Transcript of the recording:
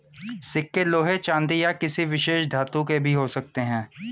सिक्के लोहे चांदी या किसी विशेष धातु के भी हो सकते हैं